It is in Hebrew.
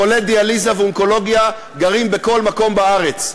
חולי דיאליזה ואונקולוגיה גרים בכל מקום בארץ,